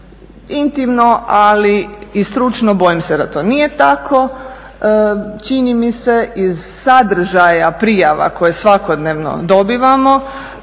intimno ali i stručno bojim se da to nije tako. Čini mi se iz sadržaja prijava koje svakodnevno dobivamo